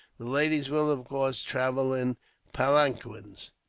the ladies will, of course, travel in palanquins